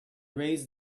raised